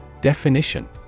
Definition